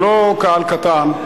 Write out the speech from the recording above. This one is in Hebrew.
זה לא קהל קטן,